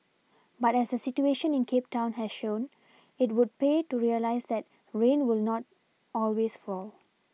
but as the situation in Cape town has shown it would pay to realise that rain will not always fall